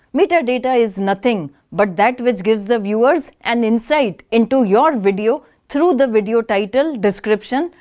metadata is nothing but that which gives the viewers an insight and to your video through the video title, description,